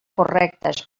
correctes